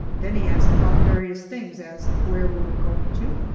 then he asked about various things, as where we were going to,